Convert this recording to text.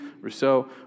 Rousseau